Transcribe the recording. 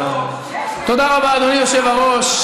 תודה רבה, אדוני היושב-ראש.